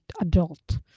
adult